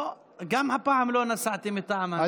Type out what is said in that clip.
לא, גם הפעם לא נסעתי מטעם הממשלה, בבקשה.